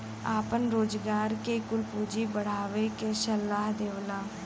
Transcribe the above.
आपन रोजगार के कुल पूँजी बढ़ावे के सलाह देवला